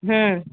હમ